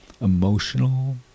emotional